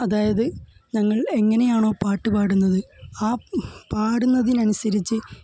അതായത് ഞങ്ങള് എങ്ങനെയാണോ പാട്ട് പാടുന്നത് ആ പാടുന്നതിനനുസരിച്ച്